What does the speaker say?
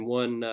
one